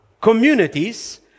communities